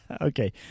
Okay